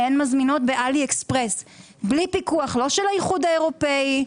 הן מזמינות בעלי אקספרס בלי פיקוח לא של האיחוד האירופאי,